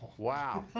wow!